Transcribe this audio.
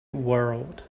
world